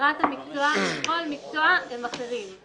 והסדרת המקצוע בכל מקצוע הם אחרים: